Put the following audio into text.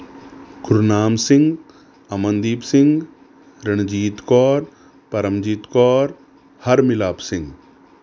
Gurnam Singh Amandeep Singh Ranjit Kaur Paramjit Kaur Harmilap Singh